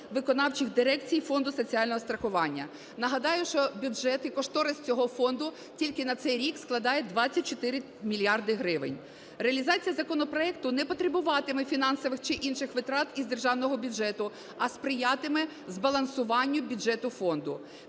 виконавчих дирекцій Фонду соціального страхування. Нагадаю, що бюджет і кошторис цього фонду тільки на цей рік складає 24 мільярди гривень. Реалізація законопроекту не потребуватиме фінансових чи інших витрат із державного бюджету, а сприятиме збалансуванню бюджету фонду.